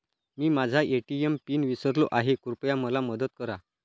मी माझा ATM pin विसरलो आहे, कृपया मला मदत करा